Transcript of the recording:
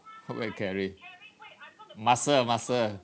go where carry muscle ah muscle